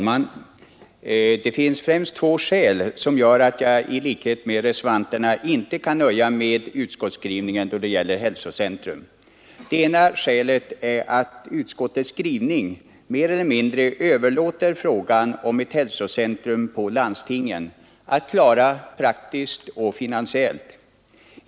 Herr talman! Det är främst två skäl som gör att jag i likhet med reservanterna inte kan nöja mig med utskottsskrivningen om ett hälsocentrum. Det ena skälet är att utskottets skrivning mer eller mindre överlåter till landstingen att praktiskt och finansiellt klara frågan om ett hälsocentrum.